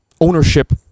Ownership